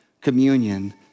communion